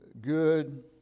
good